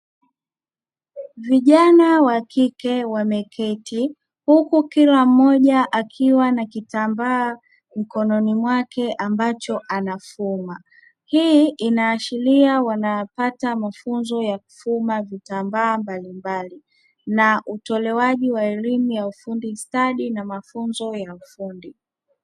Vijana wakike wameketi huku kila mmoja akiwa na kitambaa mkononi mwake ambacho anafuma, hii inaashiria wanapata mafunzo ya kufuma vitambaa mbalimbali na utolewaji wa elimu ya ufundi stadi na mafunzo ya ufundi.